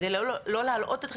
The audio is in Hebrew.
כדי לא להלאות אתכם,